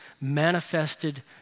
manifested